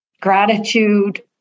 Gratitude